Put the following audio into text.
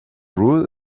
rule